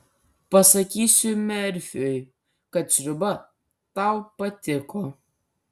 pasakysiu merfiui kad sriuba tau patiko